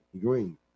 green